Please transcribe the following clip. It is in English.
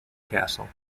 castle